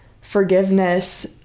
forgiveness